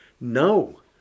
No